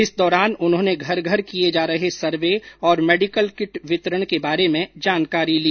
इस दौरान उन्होंने घर घर किये जा रहे सर्वे और मेडिकल किट वितरण के बारे में जानकारी दी